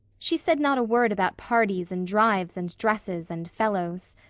she said not a word about parties and drives and dresses and fellows.